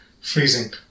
freezing